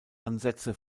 ansätze